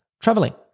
traveling